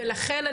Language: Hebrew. לכן,